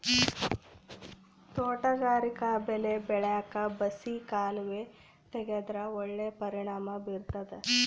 ತೋಟಗಾರಿಕಾ ಬೆಳೆ ಬೆಳ್ಯಾಕ್ ಬಸಿ ಕಾಲುವೆ ತೆಗೆದ್ರ ಒಳ್ಳೆ ಪರಿಣಾಮ ಬೀರ್ತಾದ